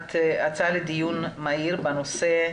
בהצעה לדיון מהיר בנושא: